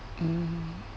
mm